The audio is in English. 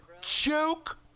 Joke